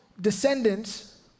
descendants